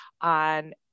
on